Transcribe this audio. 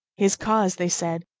his cause, they said,